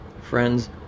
Friends